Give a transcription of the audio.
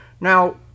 Now